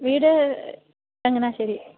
വീട് ചങ്ങനാശ്ശേരി